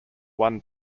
one